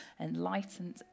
enlightened